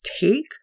take